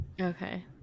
Okay